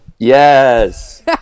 Yes